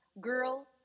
Girl